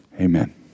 amen